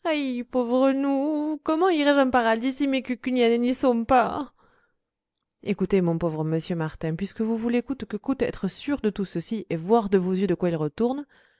pauvres nous comment irai-je en paradis si mes cucugnanais n'y sont pas écoutez mon pauvre monsieur martin puisque vous voulez coûte que coûte être sûr de tout ceci et voir de vos yeux de quoi il retourne